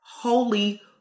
Holy